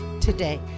today